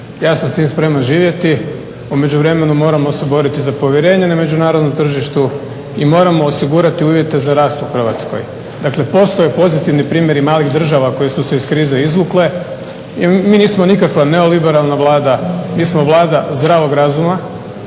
ja sam s tim spreman živjeti. U međuvremenu moramo se boriti za povjerenje na međunarodnom tržištu i moramo osigurati uvjete za rast u Hrvatskoj. Dakle postoje pozitivni primjeri malih država koje su se iz krize izvukle i mi nismo nikakva neoliberalna Vlada, mi smo Vlada zdravog razuma,